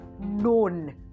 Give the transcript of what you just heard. known